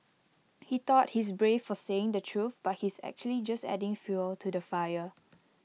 he thought he's brave for saying the truth but he's actually just adding fuel to the fire